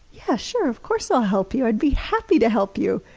yeah, sure, of course i'll help you, i'd be happy to help you!